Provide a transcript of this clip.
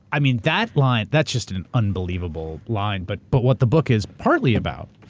i mean, that line. that's just an unbelievable line. but but what the book is partly about,